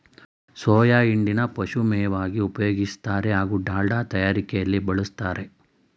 soya ಹಿಂಡಿನ ಪಶುಮೇವಾಗಿ ಉಪಯೋಗಿಸ್ತಾರೆ ಹಾಗೂ ದಾಲ್ಡ ತಯಾರಿಕೆಲಿ ಬಳುಸ್ತಾರೆ